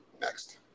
Next